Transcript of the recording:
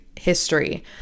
history